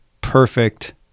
perfect